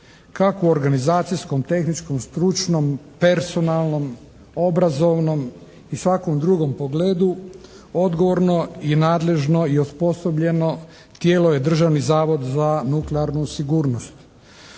kako u organizacijskom, tehničkom, stručnom, personalnom, obrazovnom i svakom drugom pogledu odgovorno i nadležno i osposobljeno tijelo je Državni zavod za nuklearnu sigurnost.